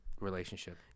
relationship